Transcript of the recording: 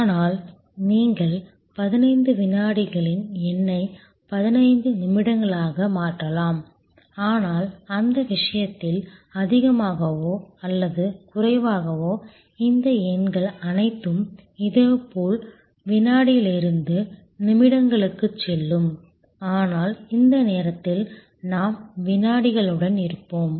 ஆனால் நீங்கள் 15 வினாடிகளின் எண்ணை 15 நிமிடங்களாக மாற்றலாம் ஆனால் அந்த விஷயத்தில் அதிகமாகவோ அல்லது குறைவாகவோ இந்த எண்கள் அனைத்தும் இதேபோல் வினாடியிலிருந்து நிமிடங்களுக்குச் செல்லும் ஆனால் இந்த நேரத்தில் நாம் வினாடிகளுடன் இருப்போம்